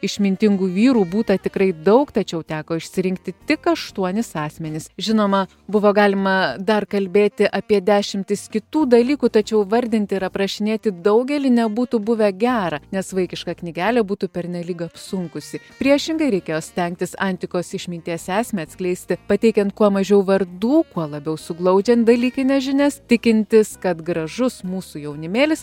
išmintingų vyrų būta tikrai daug tačiau teko išsirinkti tik aštuonis asmenis žinoma buvo galima dar kalbėti apie dešimtis kitų dalykų tačiau vardinti ir aprašinėti daugelį nebūtų buvę gera nes vaikiška knygelė būtų pernelyg apsunkusi priešingai reikėjo stengtis antikos išminties esmę atskleisti pateikiant kuo mažiau vardų kuo labiau suglaudžiant dalykines žinias tikintis kad gražus mūsų jaunimėlis